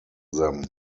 them